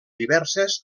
diverses